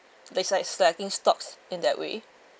just like selecting stocks in that way